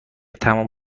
تموم